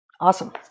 Awesome